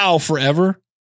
forever